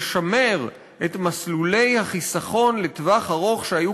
לשמר את מסלולי החיסכון לטווח ארוך שהיו